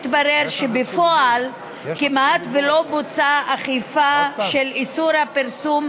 התברר שבפועל כמעט לא בוצעה אכיפה של איסור הפרסום,